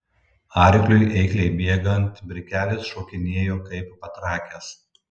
arkliui eikliai bėgant brikelis šokinėjo kaip patrakęs